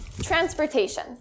Transportation